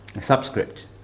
subscript